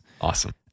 Awesome